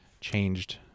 changed